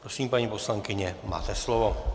Prosím, paní poslankyně, máte slovo.